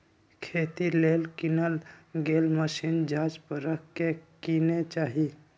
खेती लेल किनल गेल मशीन जाच परख के किने चाहि